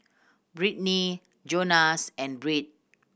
Brittnie Jonas and Britt